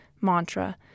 mantra